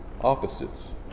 opposites